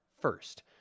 first